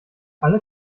alle